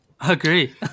Agree